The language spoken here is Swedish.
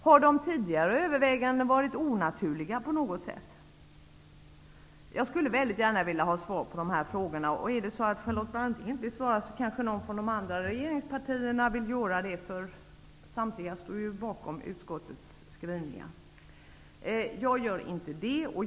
Har tidigare överväganden varit onaturliga på något sätt? Jag skulle väldigt gärna vilja ha svar på mina frågor. Om Charlotte Branting inte vill svara, kan kanske någon från de andra regeringspartierna göra det. Samtliga står ni ju bakom utskottets skrivningar. Det gör däremot inte jag.